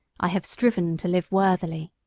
i have striven to live worthily.